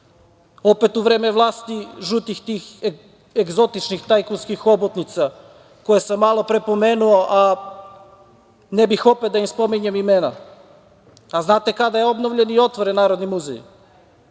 opet u vreme vlasti tih žutih egzotičnih tajkunskih hobotnica, koje sam malopre pomenuo, a ne bih opet da im spominjem imena. A, znate li kada je obnovljen i otvoren Narodni muzej?